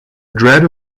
dread